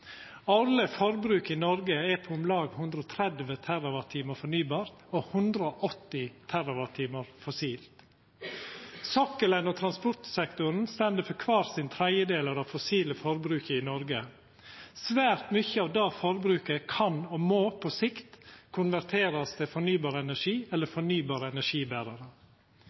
i Noreg er på om lag 130 TWh fornybart og 180 TWh fossilt. Sokkelen og transportsektoren står for kvar sin tredjedel av det fossile forbruket i Noreg. Svært mykje av det forbruket kan og må på sikt konverterast til fornybar energi eller fornybare energiberarar.